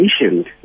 patient